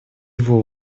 его